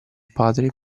padre